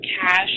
cash